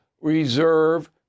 reserve